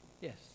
yes